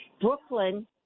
Brooklyn